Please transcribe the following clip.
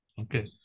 okay